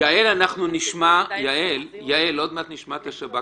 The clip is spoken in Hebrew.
יעל, עוד מעט נשמע את השב"כ.